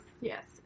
yes